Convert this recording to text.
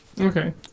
Okay